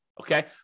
okay